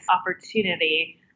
opportunity